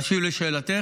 אשיב על שאלתך,